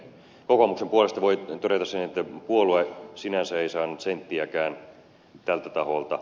kokoomuksen puolesta voin todeta sen että puolue sinänsä ei saanut senttiäkään tältä taholta